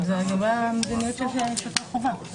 אבל הוא מדבר על מדיניות של שוטרי חובה.